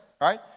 right